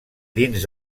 dins